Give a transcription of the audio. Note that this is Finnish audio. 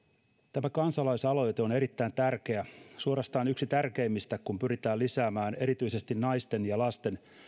tämä kansalaisaloite on erittäin tärkeä suorastaan yksi tärkeimmistä kun pyritään lisäämään erityisesti naisten ja lasten